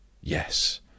Yes